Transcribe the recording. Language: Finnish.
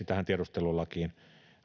tähän tiedustelulakiin